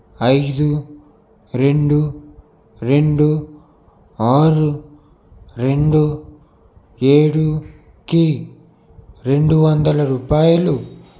ఐదు రెండు రెండు ఆరు రెండు ఏడు కి రెండు వందల రూపాయలు